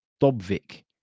Dobvik